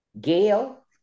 Gail